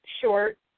short